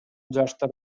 жаштар